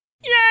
yay